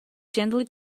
gently